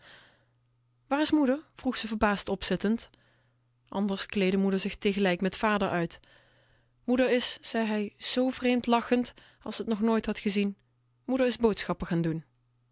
is moeder vroeg ze verbaasd opzittend anders kleedde moeder zich tegelijk met vader uit moeder is zei hij z vreemd lachend als ze t nog nooit had gezien moeder is boodschappen gaan doen